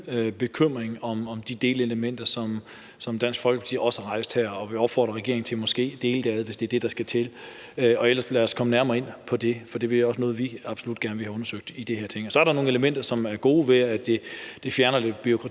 bekymringen om de delelementer, som Dansk Folkeparti også har rejst her, og vi vil opfordre regeringen til måske at dele det op, hvis det er det, der skal til. Men lad os ellers komme nærmere ind på det, for det er også noget, vi absolut gerne vil have undersøgt. Så er der nogle elementer, som er gode, fordi de fjerner lidt bureaukrati